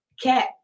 cat